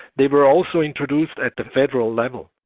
they were also introduced at the federal level.